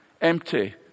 Empty